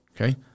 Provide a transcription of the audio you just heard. Okay